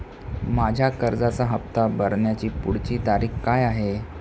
माझ्या कर्जाचा हफ्ता भरण्याची पुढची तारीख काय आहे?